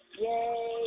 Yay